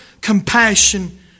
compassion